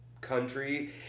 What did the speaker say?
country